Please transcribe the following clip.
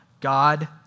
God